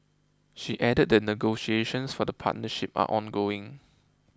she added that negotiations for the partnership are ongoing